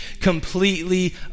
completely